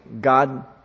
God